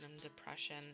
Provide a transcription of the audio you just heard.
depression